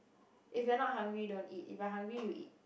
if you are not hungry don't eat if you're hungry you eat